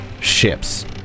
ships